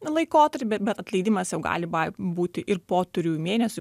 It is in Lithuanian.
laikotarpį bet atleidimas jau gali būti ir po trijų mėnesių